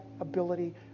ability